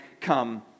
come